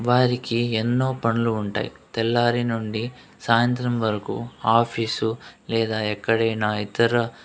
వారికి ఎన్నో పనులు ఉంటాయి తెల్లారి నుండి సాయంత్రం వరకు ఆఫీసు లేదా ఎక్కడైనా ఇతర